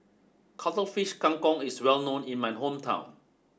Cuttlefish Kang Kong is well known in my hometown